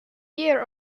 year